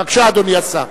בבקשה, אדוני השר.